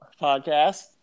podcast